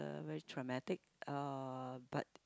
uh very traumatic uh but